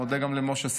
אני מודה גם למשה סעדה.